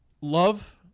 Love